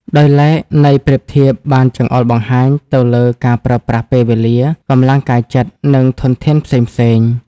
ដោយឡែក ន័យប្រៀបធៀបបានចង្អុលបង្ហាញទៅលើការប្រើប្រាស់ពេលវេលា កម្លាំងកាយចិត្ត និងធនធានផ្សេងៗ។